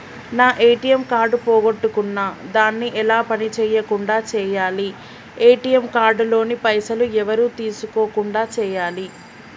నా ATM card పోగొట్టుకున్నా దాన్ని ఎలా పని చేయకుండా చేయాలి ఏ.టి.ఎమ్ కార్డు లోని పైసలు ఎవరు తీసుకోకుండా చేయాలి?